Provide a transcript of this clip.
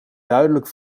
duidelijk